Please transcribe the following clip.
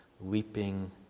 leaping